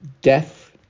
death